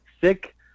sick